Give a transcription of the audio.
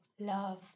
love